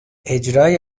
اجرای